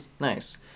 Nice